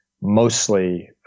mostly